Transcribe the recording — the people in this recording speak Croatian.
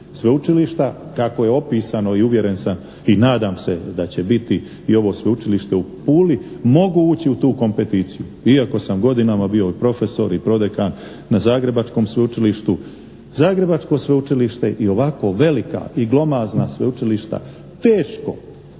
sveučilišta kakvo je opisano i uvjeren sam i nadam se da će biti i ovo sveučilište u Puli, mogu ući u tu kompeticiju. Iako sam godinama bio i profesor i prodekan na Zagrebačkom sveučilištu, Zagrebačko sveučilište i ovako velika i glomazna sveučilišta teško